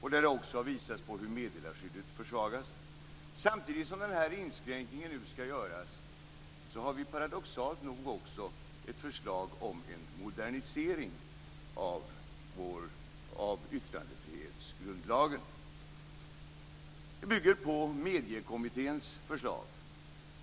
Det har visats på att meddelarskyddet försvagas. Men samtidigt som den här inskränkningen skall göras har vi paradoxalt också ett förslag till modernisering av yttrandefrihetsgrundlagen. Det bygger på Mediekommitténs förslag.